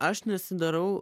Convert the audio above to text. aš nesidarau